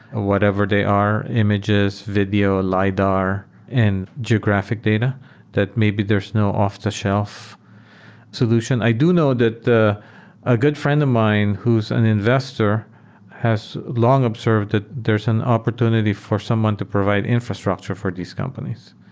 whatever they are, images, video, lidar and geographic data that maybe there's no off-the-shelf solution. i do know that a ah good friend of mine who's an investor has long observed that there's an opportunity for someone to provide infrastructure for these companies,